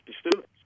students